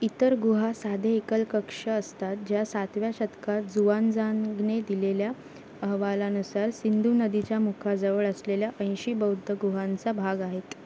इतर गुहा साधे एकल कक्ष असतात ज्या सातव्या शतकात जुवानजांगने दिलेल्या अहवालानुसार सिंधू नदीच्या मुखाजवळ असलेल्या ऐंशी बौद्ध गुहांचा भाग आहेत